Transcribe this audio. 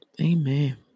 Amen